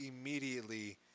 immediately